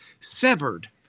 severed